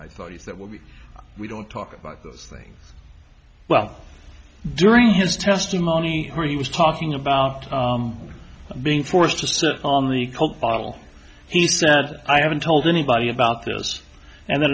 i thought is that we we don't talk about those things well during his testimony or he was talking about being forced to serve on the coke bottle he said i haven't told anybody about this and